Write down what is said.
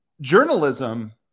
Journalism